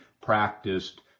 practiced